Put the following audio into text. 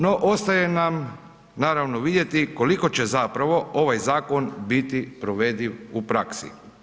No, ostaje nam naravno vidjeti koliko će zapravo ovaj zakon biti provediv u praksi.